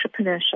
entrepreneurship